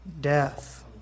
death